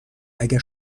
اگه